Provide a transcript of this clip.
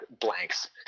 blanks